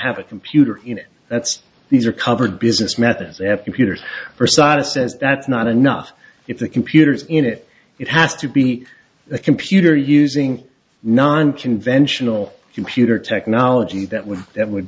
have a computer in it that's these are covered business methods they have computers for sata says that's not enough if the computers in it it has to be a computer using non conventional computer technology that would that would